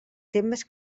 temes